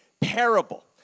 parable